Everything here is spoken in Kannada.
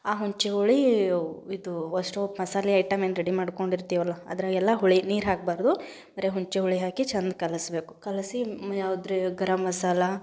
ಆ ಹುಣ್ಚಿಹುಳಿ ಇದು ಮಸಾಲೆ ಐಟಮ್ ಏನು ರೆಡಿ ಮಾಡಿಕೊಂಡಿರ್ತೀವಲ್ಲ ಅದರಾಗೆಲ್ಲ ಹುಳಿ ನೀರು ಹಾಕಬಾರ್ದು ಬರೇ ಹುಣ್ಚೆಹುಳಿ ಹಾಕಿ ಚಂದ ಕಲಸಬೇಕು ಕಲಸಿ ಯಾವ್ದ್ರ ಗರಮ್ ಮಸಾಲೆ